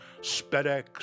SpedEx